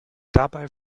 dabei